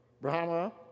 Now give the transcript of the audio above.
Brahma